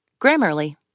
Grammarly